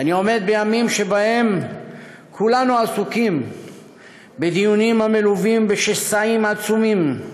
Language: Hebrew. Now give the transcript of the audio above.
אני עומד בימים שבהם כולנו עסוקים בדיונים המלווים בשסעים עצומים,